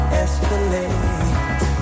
escalate